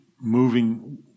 moving